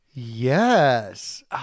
Yes